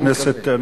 חבר הכנסת,